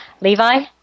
Levi